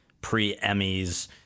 pre-Emmys